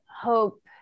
hope